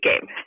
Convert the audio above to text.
game